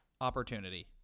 opportunity